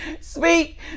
speak